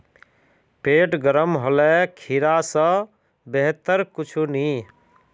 पेट गर्म होले खीरा स बेहतर कुछू नी